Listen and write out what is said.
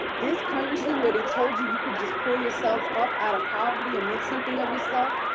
this country where they told you, you could just pull yourself up out of poverty, and make something of yourself?